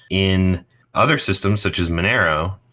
in other systems such as monero,